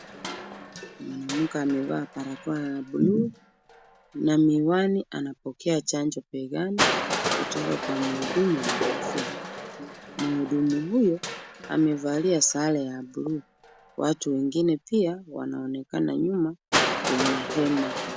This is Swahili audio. Mwanamke amevaa parakoa la (cs)blue(cs), na miwani anapokea chanjo pegani, kutoka kwa muudumu wa afya, muudumu huyo, amevalia sare ya (cs)blue(cs), watu wengine pia, wanaonekana nyuma, kwenye hema.